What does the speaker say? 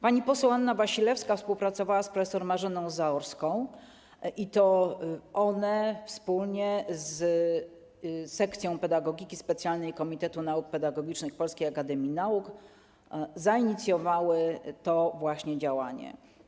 Pani poseł Anna Wasilewska współpracowała z prof. Marzenną Zaorską i to one wspólnie z Sekcją Pedagogiki Specjalnej Komitetu Nauk Pedagogicznych Polskiej Akademii Nauk zainicjowały to działanie.